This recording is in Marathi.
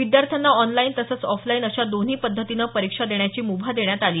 विद्यार्थ्यांना ऑनलाईन तसंच ऑफलाईन अशा दोन्ही पध्दतीनं परीक्षा देण्याची मुभा देण्यात आली